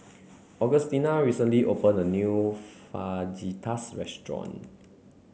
Augustina recently opened a new Fajitas Restaurant